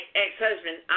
ex-husband